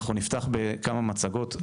נפתח בכמה מצגות.